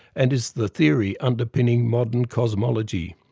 and is the theory underpinning modern cosmology.